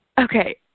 okay